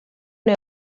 una